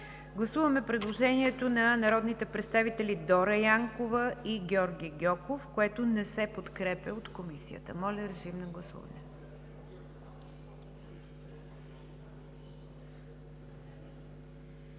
Гласуваме предложението на народните представители Дора Янкова и Георги Гьоков, което не се подкрепя от Комисията. Гласували